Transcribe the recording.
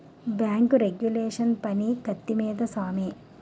bank regulation పని కత్తి మీద సామే